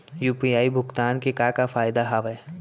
UPI भुगतान के का का फायदा हावे?